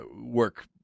work